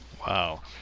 Wow